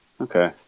Okay